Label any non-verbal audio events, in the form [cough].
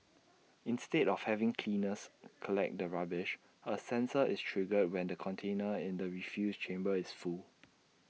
[noise] instead of having cleaners collect the rubbish A sensor is triggered when the container in the refuse chamber is full